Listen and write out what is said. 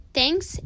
Thanks